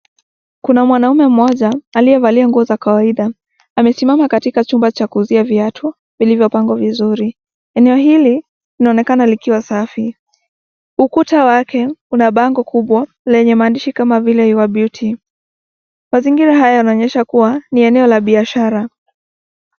Kuna mwanaume mmoja aliyevalia nguo za kawaida, amesimama katika chumba cha kuuzia viatu vilivyopangwa vizuri. Eneo hili linaonekana likiwa safi, ukuta wake una mabango kubwa lenye maandishi kama vile your beauty . Mazingira haya yanaonyesha kuwa ni eneo la biashara.